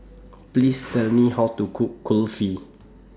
Please Tell Me How to Cook Kulfi